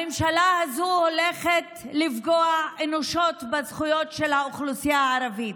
הממשלה הזאת הולכת לפגוע אנושות בזכויות של האוכלוסייה הערבית.